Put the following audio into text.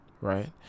right